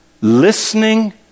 listening